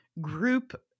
group